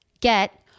get